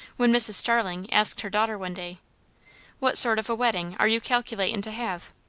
when mrs. starling asked her daughter one day what sort of a wedding are you calculatin' to have?